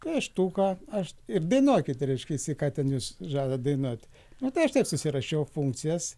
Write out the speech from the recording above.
pieštuką aš ir dainuokit reiškiasi ką ten jūs žadat dainuot nu tai aš taip susirašiau funkcijas